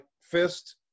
fist